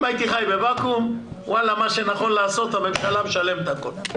אם הייתי חי בוואקום, הממשלה משלמת הכול.